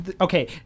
Okay